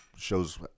shows